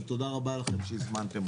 אבל תודה רבה לכם שהזמנתם אותי.